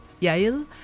Yael